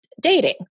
dating